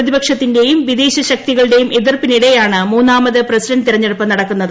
പ്രതിപക്ഷത്തിന്റെയും വിദേശ ശക്തികളുടെയും എതിർപ്പിനിടെയാണ് മൂന്നാമത് പ്രസിഡറ തെരഞ്ഞെടുപ്പ് നടക്കുന്നത്